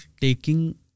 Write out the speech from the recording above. taking